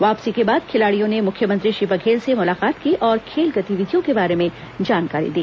वापसी के बाद खिलाडियों ने मुख्यमंत्री श्री बघेल से मुलाकात की और खेल गतिविधियों के बारे में जानकारी दी